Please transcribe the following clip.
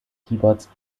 keyboards